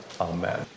Amen